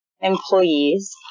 employees